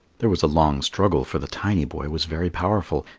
there was a long struggle, for the tiny boy was very powerful,